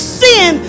sin